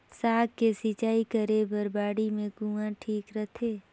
साग के सिंचाई करे बर बाड़ी मे कुआँ ठीक रहथे?